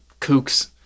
kooks